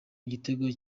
igitego